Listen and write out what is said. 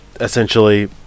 Essentially